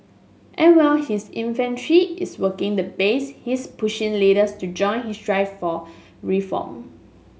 and while his infantry is working the base he's pushing leaders to join his drive for reform